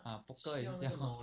ah poker 也是这样